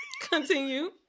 Continue